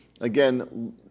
again